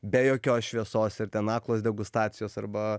be jokios šviesos ir ten aklos degustacijos arba